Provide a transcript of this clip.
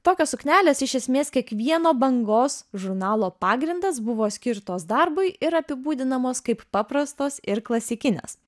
tokios suknelės iš esmės kiekvieno bangos žurnalo pagrindas buvo skirtos darbui ir apibūdinamos kaip paprastos ir klasikinės